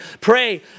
pray